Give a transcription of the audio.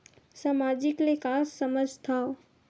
सामाजिक ले का समझ थाव?